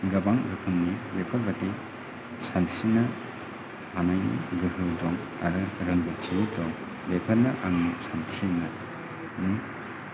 गोबां रोखोमनि बेफोरबादि सानस्रिनो हानायनि गोहो दं आरो रोंगथि दं बेफोरनो आंनि सानस्रिनायनि